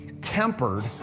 tempered